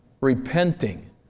repenting